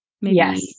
Yes